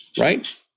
right